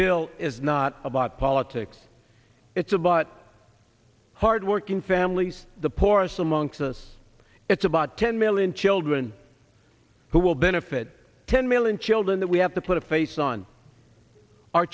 bill is not about politics it's a bot hardworking families the poorest among us it's about ten million children who will benefit ten million children that we have to put a face on our